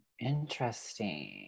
interesting